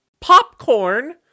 popcorn